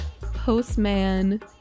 Postman